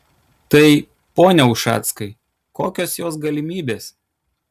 tai pone ušackai kokios jos galimybės